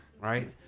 right